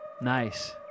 Nice